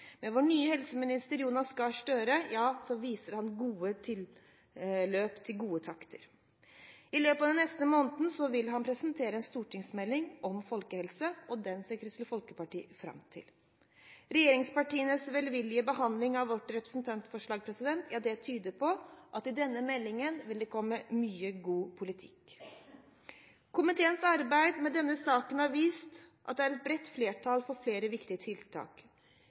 Vår nye helseminister, Jonas Gahr Støre, viser tilløp til gode takter. I løpet av den neste måneden vil han presentere en stortingsmelding om folkehelse, og den ser Kristelig Folkeparti fram til. Regjeringspartienes velvillige behandling av vårt representantforslag tyder på at i denne meldingen vil det komme mye god politikk. Komiteens arbeid med denne saken har vist at det er et bredt flertall for flere viktige tiltak.